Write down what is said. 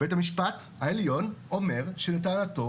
בית המשפט העליון אומר שלטענתו